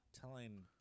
telling